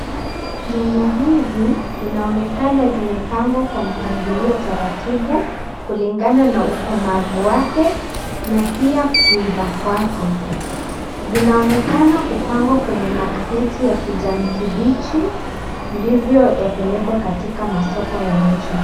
Nyanya hizi, zinaonekana zimepangwa kwa mpangilio taratibu, kulingana na ukomavu wake na pia kuiva kwake. Zinaonekana kupangwa kwenye makreti ya kijani kibichi, ndivyo yapelekwe katika masoko ya inje.